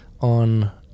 on